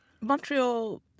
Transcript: Montreal